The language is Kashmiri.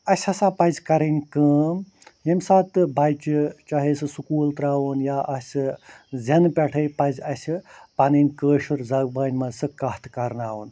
اَسہِ ہَسا پَزِ کَرٕنۍ کٲم ییٚمہِ ساتہٕ بَچہٕ چاہے سُہ سُکوٗل ترٛاوہون یا آسہِ زٮ۪نہِ پٮ۪ٹھے پَزِ اَسہِ پَنٕنۍ کٲشِر زَبانہِ مَنٛز سُہ کتھ کَرناوُن